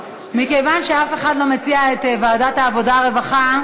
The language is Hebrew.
מכיוון שאף אחד לא מציע את ועדת העבודה והרווחה,